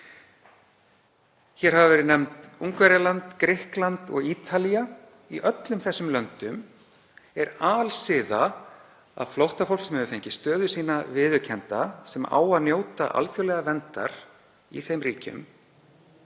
Hér hafa Ungverjaland, Grikkland og Ítalía verið nefnd. Í öllum þeim löndum er alsiða að flóttafólk sem hefur fengið stöðu sína viðurkennda, sem á að njóta alþjóðlegrar verndar í þeim ríkjum,